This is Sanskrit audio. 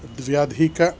द्व्यधिक